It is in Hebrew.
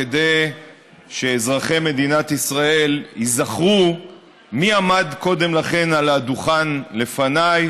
כדי שאזרחי מדינת ישראל יזכרו מי עמד קודם לכן על הדוכן לפניי,